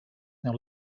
now